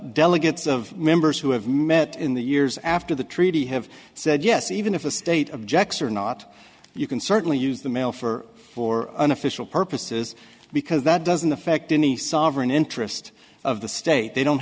delegates of members who have met in the years after the treaty have said yes even if a state objects or not you can certainly use the mail for four unofficial purposes because that doesn't affect any sovereign interest of the state they don't